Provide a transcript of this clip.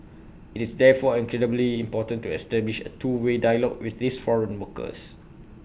it's therefore incredibly important to establish A two way dialogue with these foreign workers